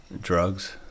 Drugs